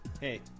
Hey